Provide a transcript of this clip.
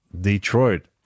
Detroit